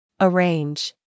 Arrange